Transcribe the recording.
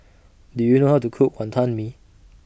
Do YOU know How to Cook Wonton Mee